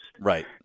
Right